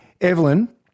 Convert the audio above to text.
Evelyn